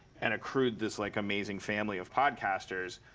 and accrued this, like, amazing family of podcasters.